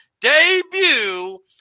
debut